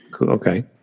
Okay